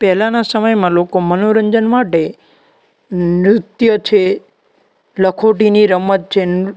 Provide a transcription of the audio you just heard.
પહેલાંના સમયમાં લોકો મનોરંજન માટે નૃત્ય છે લખોટીની રમત છે